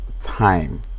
time